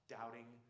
Doubting